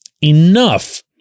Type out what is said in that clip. enough